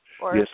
Yes